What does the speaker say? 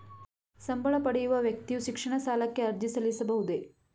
ಸಂಬಳ ಪಡೆಯುವ ವ್ಯಕ್ತಿಯು ಶಿಕ್ಷಣ ಸಾಲಕ್ಕೆ ಅರ್ಜಿ ಸಲ್ಲಿಸಬಹುದೇ?